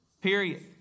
Period